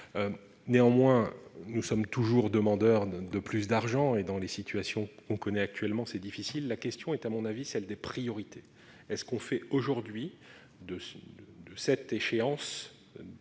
néanmoins, nous sommes toujours demandeur d'de plus d'argent et dans les situations. On connaît actuellement, c'est difficile, la question est, à mon avis, celle des priorités est ce qu'on fait aujourd'hui de son de cette échéance